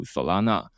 Solana